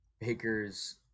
baker's